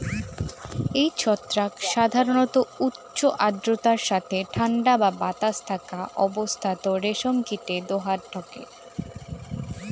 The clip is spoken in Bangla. এই ছত্রাক সাধারণত উচ্চ আর্দ্রতার সথে ঠান্ডা বা বাতাস থাকা অবস্থাত রেশম কীটে দেহাত ঢকে